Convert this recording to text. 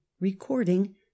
recording